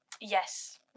Yes